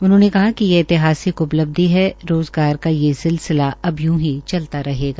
उन्होंने कहा कि ये ऐतिहासिक उपलब्धि ह्रा रोज़गार का ये सिलसिला अब यू नहीं चलता रहेगा